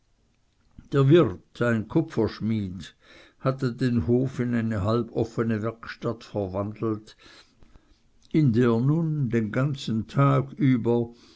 der wirt ein kupferschmied hatte den hof in eine halb offene werkstatt verwandelt in der nun den ganzen tag über